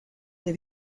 del